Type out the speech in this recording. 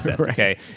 Okay